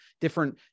different